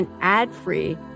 ad-free